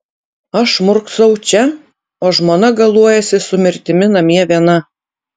aš murksau čia o žmona galuojasi su mirtimi namie viena